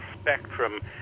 spectrum